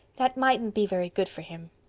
that mightn't be very good for him.